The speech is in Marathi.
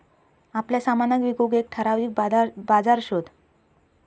आपल्या सामनाक विकूक एक ठराविक बाजार शोध